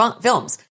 films